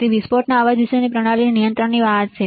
અને તેથી વિસ્ફોટના અવાજ વિશેની પ્રણાલી નિયંત્રણની બહાર છે